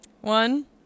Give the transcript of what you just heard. One